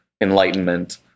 enlightenment